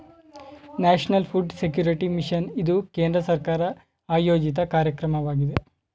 national food security mission ಇದು ಕೇಂದ್ರ ಸರ್ಕಾರ ಆಯೋಜಿತ ಕಾರ್ಯಕ್ರಮವಾಗಿದೆ